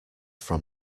from